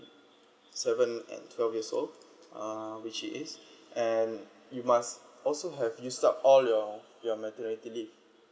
seven and twelve years old uh which he is and you must also have you use up all your your maternity leave